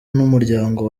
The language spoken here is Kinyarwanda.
n’umuryango